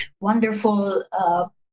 wonderful